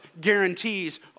guarantees